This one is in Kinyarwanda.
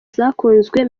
zakunzwe